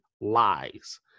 lies